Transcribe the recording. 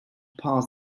parse